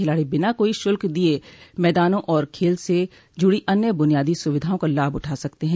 खिलाड़ी बिना कोई शुल्क दिये मैदानों और खेल से जुड़ी अन्य बुनियादी सुविधाओं का लाभ उठा सकते हैं